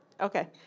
Okay